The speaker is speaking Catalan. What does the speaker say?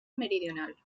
meridional